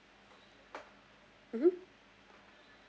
mmhmm